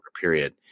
period